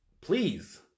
Please